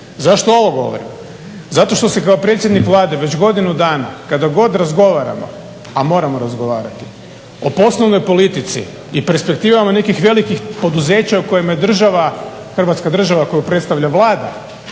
Zašto ovo govorim? Zato što se kao predsjednik Vlade već godinu dana kada god razgovaramo, a moramo razgovarati o poslovnoj politi i perspektivama nekih velikih poduzeća u kojima je država, Hrvatska država koju predstavlja Vlada